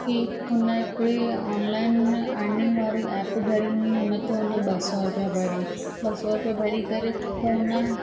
कि हुन हिकिड़े ऑनलाइन अर्निंग वारी ऐप भरी हुई हुन ते हुन ॿ सौ रुपया भरईं ॿ सौ रुपिया भरी करे पोइ हुन